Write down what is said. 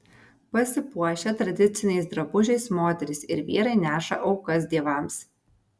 pasipuošę tradiciniais drabužiais moterys ir vyrai neša aukas dievams